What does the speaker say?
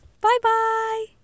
bye-bye